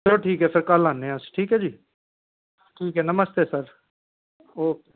चलो ठीक ऐ फिर कल आन्ने अस ठीक ऐ जी ठीक ऐ नमस्ते सर ओके